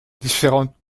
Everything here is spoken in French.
différentes